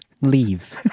leave